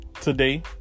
today